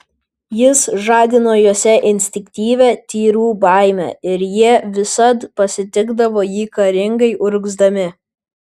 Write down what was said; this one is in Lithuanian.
jis žadino juose instinktyvią tyrų baimę ir jie visad pasitikdavo jį karingai urgzdami